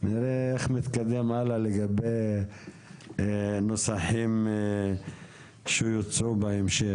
ונראה איך נתקדם הלאה לגבי נוסחים שיוצעו בהמשך.